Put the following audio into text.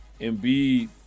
Embiid